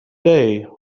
day